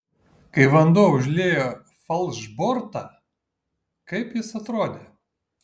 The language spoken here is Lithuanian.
kai vanduo užliejo falšbortą kaip jis atrodė